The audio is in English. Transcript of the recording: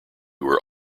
were